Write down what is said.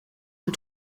que